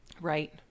Right